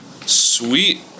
Sweet